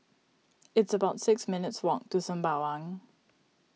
it's about six minutes' walk to Sembawang